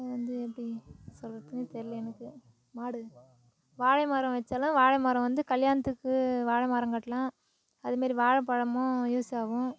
அது வந்து எப்படி சொல்கிறதுன்னே தெரில எனக்கு மாடு வாழைமரம் வச்சாலும் வாழைமரம் வந்து கல்யாணத்துக்கு வாழைமரம் கட்டலாம் அதுமாரி வாழைப்பழமும் யூஸ் ஆகும்